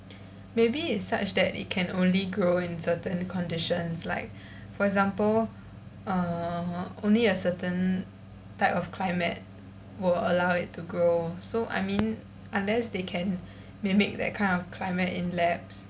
maybe it's such that it can only grow in certain conditions like for example uh only a certain type of climate would allow it to grow so I mean unless they can mimic that kind of climate in labs